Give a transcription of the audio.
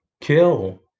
Kill